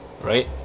right